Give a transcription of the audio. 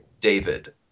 David